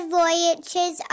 voyages